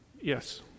Yes